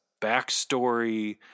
backstory